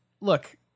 look